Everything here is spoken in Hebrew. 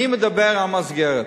אני מדבר על מסגרת.